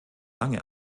lange